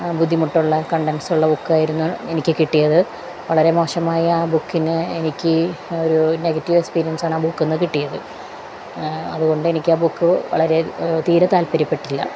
ബുദ്ധിമുട്ടുള്ള കണ്ടൻസുള്ള ബുക്കായിരുന്നു എനിക്കു കിട്ടിയത് വളരെ മോശമായ ആ ബുക്കിന് എനിക്ക് ഒരു നെഗറ്റീവ് എക്സ്പീരിയൻസാണ് ആ ബുക്കില്നിന്നു കിട്ടിയത് അതുകൊണ്ട് എനിക്കാ ബുക്ക് വളരെ തീരെ താല്പര്യപ്പെട്ടില്ല